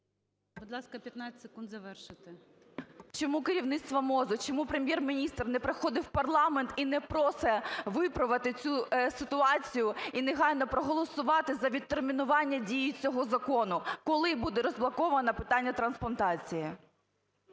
Будь ласка, 15 секунд завершити. СИСОЄНКО І.В. Чому керівництво МОЗу, чому Прем’єр-міністр не приходить в парламент і не просить виправити цю ситуацію і негайно проголосувати за відтермінування дії цього закону? Коли буде розблоковано питання трансплантації?